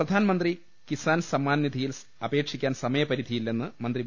പ്രധാൻമന്ത്രി കിസാൻ സമ്മാൻനിധിയിൽ അപേക്ഷിക്കാൻ സമയപരിധിയില്ലെന്ന് മന്ത്രി വി